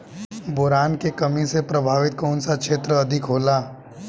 Boron के कमी से प्रभावित कौन सा क्षेत्र अधिक होला?